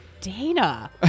Dana